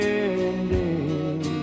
ending